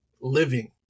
living